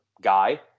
guy